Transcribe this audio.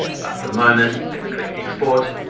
but for the moment, let's click export,